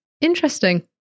Interesting